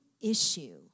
issue